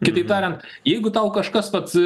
kitaip tariant jeigu tau kažkas vat